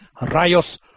Rayos